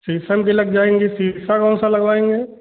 शीशम की लग जाएंगी शीशा का कौन सा लगवाएंगे